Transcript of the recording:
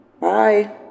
Bye